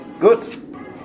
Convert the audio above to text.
Good